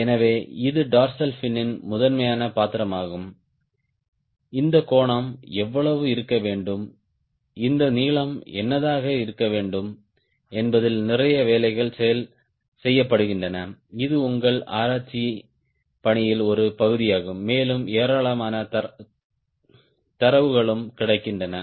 எனவே இது டார்சல் ஃபினின் முதன்மை பாத்திரமாகும் இந்த கோணம் எவ்வளவு இருக்க வேண்டும் இந்த நீளம் என்னவாக இருக்க வேண்டும் என்பதில் நிறைய வேலைகள் செய்யப்படுகின்றன இது உங்கள் ஆராய்ச்சிப் பணியின் ஒரு பகுதியாகும் மேலும் ஏராளமான தரவுகளும் கிடைக்கின்றன